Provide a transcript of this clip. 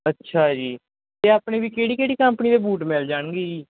ਅੱਛਾ ਜੀ ਅਤੇ ਆਪਣੀ ਵੀ ਕਿਹੜੀ ਕਿਹੜੀ ਕੰਪਨੀ ਦੇ ਬੂਟ ਮਿਲ ਜਾਣਗੇ ਜੀ